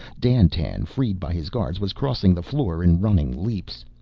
dandtan, freed by his guards, was crossing the floor in running leaps.